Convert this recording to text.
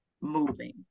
moving